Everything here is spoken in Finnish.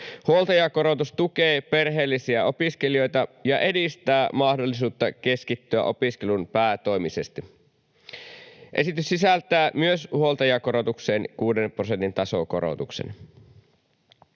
Huoltajakorotus tukee perheellisiä opiskelijoita ja edistää mahdollisuutta keskittyä opiskeluun päätoimisesti. Esitys sisältää myös huoltajakorotukseen 6 prosentin tasokorotuksen.